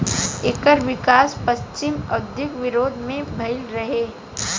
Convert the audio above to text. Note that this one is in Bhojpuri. एकर विकास पश्चिमी औद्योगिक विरोध में भईल रहे